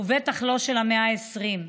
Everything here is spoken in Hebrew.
ובטח לא של המאה ה-20.